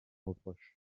reproche